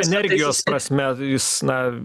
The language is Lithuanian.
energijos prasme jis na